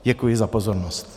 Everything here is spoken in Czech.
Děkuji za pozornost.